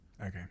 okay